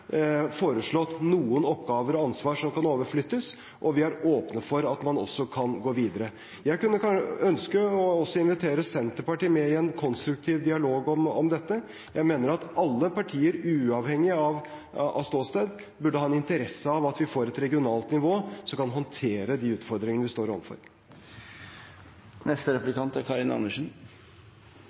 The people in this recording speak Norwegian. foreslått noen oppgaver og noe ansvar som kan overflyttes, og vi er åpne for at man også kan gå videre. Jeg kunne ønske også å invitere Senterpartiet med i en konstruktiv dialog om dette. Jeg mener at alle partier, uavhengig av ståsted, burde ha en interesse av at vi får et regionalt nivå som kan håndtere de utfordringene vi overfor. SV er